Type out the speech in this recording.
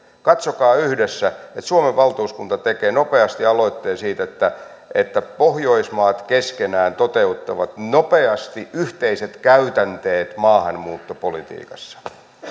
katsokaa yhdessä että suomen valtuuskunta tekee nopeasti aloitteen siitä että että pohjoismaat keskenään toteuttavat nopeasti yhteiset käytänteet maahanmuuttopolitiikassa